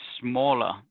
smaller